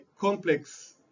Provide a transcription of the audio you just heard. complex